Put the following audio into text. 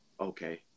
okay